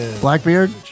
Blackbeard